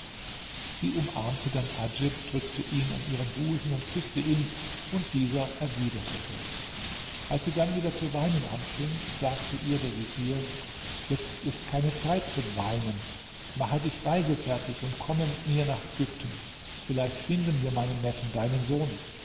sie umarmte dann adjib drückte ihn an ihren busen und küßte ihn und dieser erwiderte es als sie dann wieder zu weinen anfing sagte ihr der vezier jetzt ist keine zeit zum weinen mache dich reisefertig und komme mit mir nach ägypten vielleicht finden wir meinen neffen deinen sohn